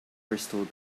crystal